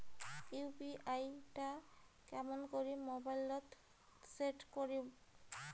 UPI টা কেমন করি মোবাইলত সেট করিম?